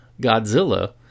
Godzilla